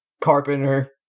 Carpenter